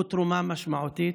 הוא תרומה משמעותית.